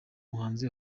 muhanzi